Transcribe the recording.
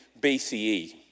BCE